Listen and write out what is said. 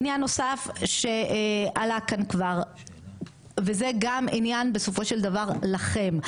עניין נוסף שעלה כאן כבר וזה גם עניין בסופו של דבר לכם,